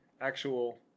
actual